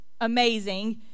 amazing